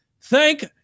thank